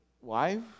wife